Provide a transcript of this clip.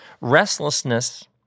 Restlessness